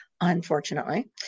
unfortunately